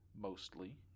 Mostly